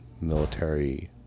military